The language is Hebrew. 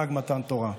חג מתן תורה,